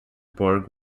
borg